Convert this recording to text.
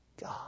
God